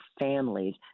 families